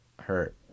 hurt